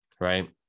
right